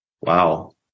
Wow